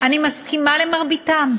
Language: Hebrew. אני מסכימה עם מרביתם,